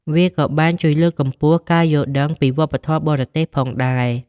វាក៏បានជួយលើកកម្ពស់ការយល់ដឹងពីវប្បធម៌បរទេសផងដែរ។